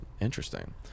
Interesting